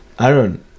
Aaron